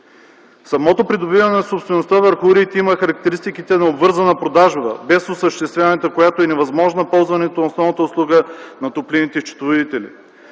Самото придобиване на собствеността върху уредите има характеристиките на обвързана продажба, без осъществяването на която е невъзможно ползването на основната услуга на топлинните счетоводители.